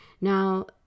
Now